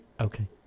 okay